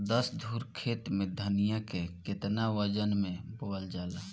दस धुर खेत में धनिया के केतना वजन मे बोवल जाला?